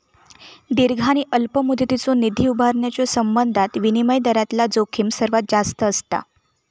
दीर्घ आणि अल्प मुदतीचो निधी उभारण्याच्यो संबंधात विनिमय दरातला जोखीम सर्वात जास्त असता